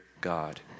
God